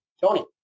Tony